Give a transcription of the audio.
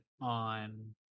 on